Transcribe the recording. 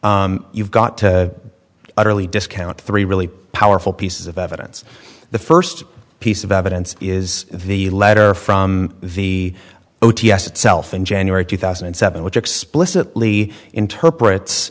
you've got to utterly discount three really powerful pieces of evidence the first piece of evidence is the letter from the o t s itself in january two thousand and seven which explicitly interpret